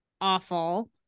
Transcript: awful